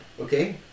Okay